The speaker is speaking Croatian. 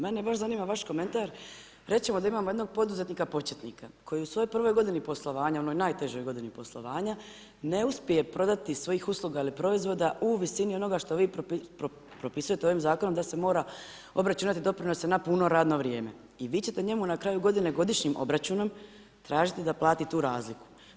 Mene baš zanima vaš komentar, reći ćemo da imamo jednog poduzetnika početnika koji je u svojoj prvoj godini poslovanja, onoj najtežoj godini poslovanja, ne uspije prodati svojih usluga ili proizvoda u visini onoga što vi propisujete ovim zakonom da se mora obračunati doprinose na puno radno vrijeme i vi ćete njemu na kraju godine godišnjim obračunom, tražiti da plati tu razliku.